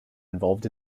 involved